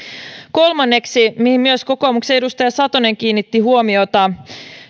kolmanneksi mihin myös kokoomuksen edustaja satonen kiinnitti huomiota